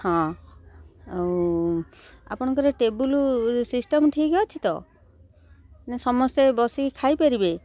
ହଁ ଆଉ ଆପଣଙ୍କର ଟେବୁଲ୍ ସିଷ୍ଟମ୍ ଠିକ୍ ଅଛି ତ ନାଇ ସମସ୍ତେ ବସିକି ଖାଇପାରିବେ